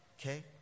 okay